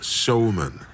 showman